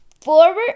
forward